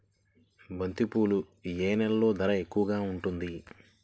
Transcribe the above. బంతిపూలు ఏ నెలలో ధర ఎక్కువగా ఉంటుంది?